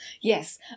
Yes